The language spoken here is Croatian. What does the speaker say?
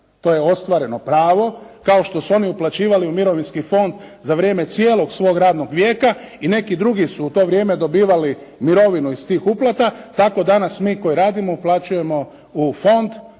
To je ostvareno pravo, kao što su oni uplaćivali u Mirovinski fond za vrijeme cijelog svog radnog vijeka i neki drugi su u to vrijeme dobivali mirovinu iz tih uplata. Tako danas mi koji radimo uplaćujemo u fond